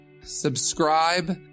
subscribe